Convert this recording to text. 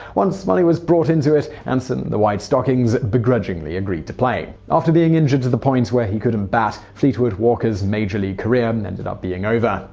once money was brought into it, anson and the white stockings begrudgingly agreed to play. after being injured to the point where he couldn't bat, fleetwood walker's major league career ended up being over.